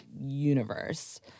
universe